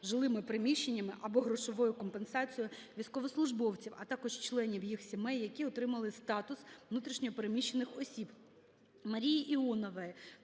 жилими приміщеннями або грошовою компенсацією військовослужбовців, а також членів їх сімей, які отримали статус внутрішньо-переміщених осіб.